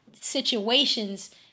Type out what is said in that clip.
situations